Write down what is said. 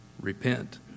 Repent